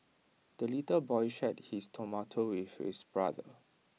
the little boy shared his tomato with his brother